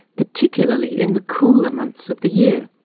particularly in the cooler months of the year'.